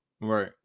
Right